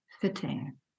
fitting